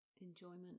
Enjoyment